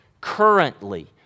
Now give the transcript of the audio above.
currently